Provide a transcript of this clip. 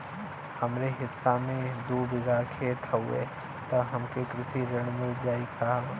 हमरे हिस्सा मे दू बिगहा खेत हउए त हमके कृषि ऋण मिल जाई साहब?